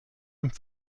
einem